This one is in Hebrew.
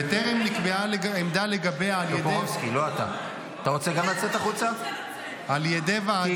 בטרם נקבעה העמדה על ידי ועדה --- טופורובסקי,